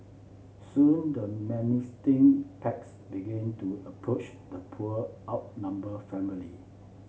soon the packs begin to approach the poor outnumbered family